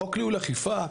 החוק לניהול אכיפה,